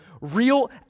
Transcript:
real